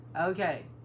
Okay